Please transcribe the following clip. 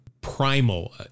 primal